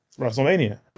WrestleMania